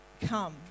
come